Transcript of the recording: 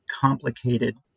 complicated